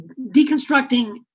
deconstructing